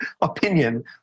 opinion